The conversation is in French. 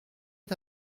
est